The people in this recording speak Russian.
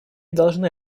должны